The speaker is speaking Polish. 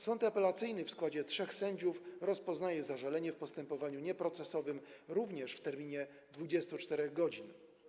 Sąd apelacyjny w składzie 3 sędziów rozpoznaje zażalenie w postępowaniu nieprocesowym, również w terminie 24 godzin.